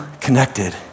connected